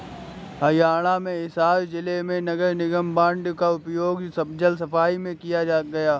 हरियाणा में हिसार जिले में नगर निगम बॉन्ड का उपयोग जल सफाई में किया गया